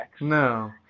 No